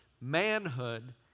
manhood